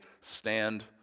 stand